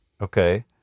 Okay